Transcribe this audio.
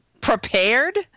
Prepared